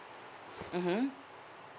mmhmm